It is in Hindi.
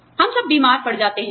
हम सब बीमार पड़ जाते हैं